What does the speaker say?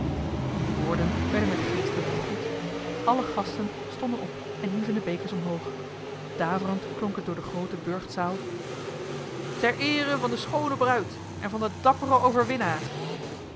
die woorden werden met geestdrift begroet alle gasten stonden op en hieven de bekers omhoog daverend klonk het door de groote burchtzaal ter eere van de schoone bruid en van den dapperen overwinnaar